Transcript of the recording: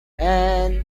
and